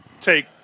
take